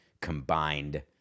combined